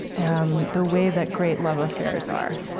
um the way that great love affairs are.